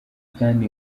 kandi